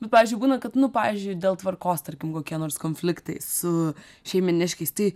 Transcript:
nu pavyzdžiui būna kad nu pavyzdžiui dėl tvarkos tarkim kokie nors konfliktai su šeiminiškiais tai